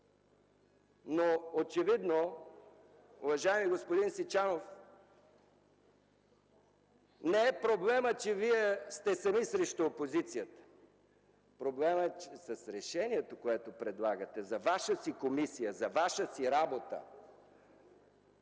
Очевидно, господин Сичанов, проблемът не е, че Вие сте сами срещу опозицията. Проблемът е, че с решението, което предлагате – за Ваша си комисия, за Ваша си работа,